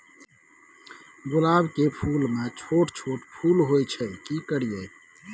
गुलाब के फूल में छोट छोट फूल होय छै की करियै?